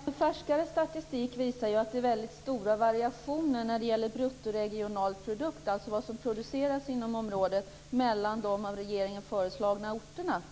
Herr talman! Även färskare statistik visar att det är väldigt stora variationer när det gäller bruttoregionalprodukt, alltså vad som produceras inom området, mellan de av regeringen föreslagna orterna.